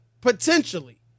potentially